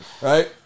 right